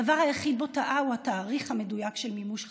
הדבר היחיד שבו טעה הוא התאריך המדויק של מימוש חזונו: